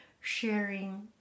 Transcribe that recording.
Sharing